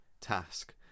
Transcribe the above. task